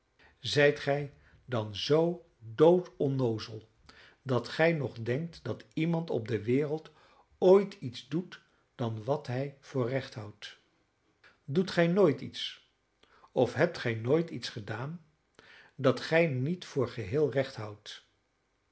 zijt gij dan zoo dood onnoozel dat gij nog denkt dat iemand op de wereld ooit iets doet dan wat hij voor recht houdt doet gij nooit iets of hebt gij nooit iets gedaan dat gij niet voor geheel recht houdt